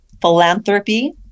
philanthropy